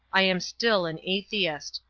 i am still an atheist.